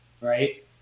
right